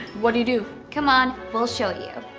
what do you do? come on, we'll show you